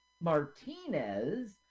Martinez